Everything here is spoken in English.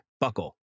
Buckle